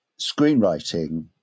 Screenwriting